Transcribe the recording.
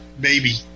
baby